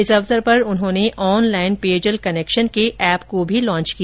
इस अवसर पर उन्होंने ऑनलाईन पेयजल कनेक्शन के एप को भी लॉन्च किया